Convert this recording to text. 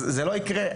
זה לא יקרה.